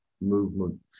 movement